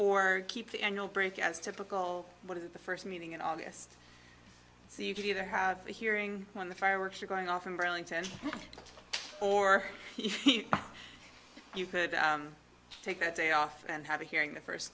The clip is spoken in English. or keep the annual break as typical what is the first meeting in august so you can either have a hearing on the fireworks are going off in burlington or you could take that day off and have a hearing the first